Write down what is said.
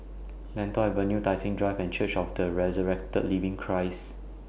Lentor Avenue Tai Seng Drive and Church of The Resurrected Living Christ